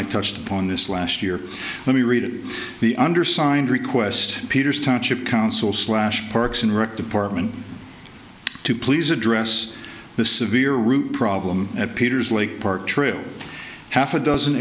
i touched upon this last year let me read the undersigned request peters township council slash parks and rec department to please address the severe root problem at peter's lake park trail half a dozen